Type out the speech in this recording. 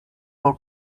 her